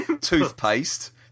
toothpaste